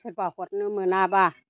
सोरबा हरनो मोनाबा